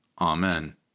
amen